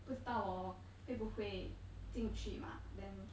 不知道我会不会进去吗 then